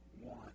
one